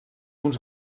uns